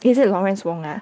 is it Lawrence Wong ah